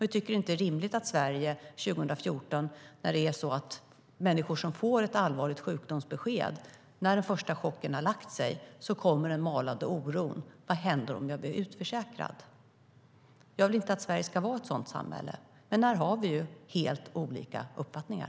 Vi tycker inte att det är rimligt i Sverige 2014 för människor som får ett allvarligt sjukdomsbesked. När den första chocken har lagt sig kommer den malande oron: Vad händer om jag blir utförsäkrad? Jag vill inte att Sverige ska vara ett sådant samhälle. Men där har vi helt olika uppfattningar.